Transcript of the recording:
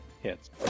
hits